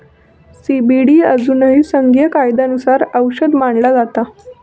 CBD अजूनही संघीय कायद्यानुसार औषध मानला जाता